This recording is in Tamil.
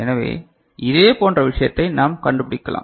எனவே இதே போன்ற விஷயத்தை நாம் கண்டுபிடிக்கலாம்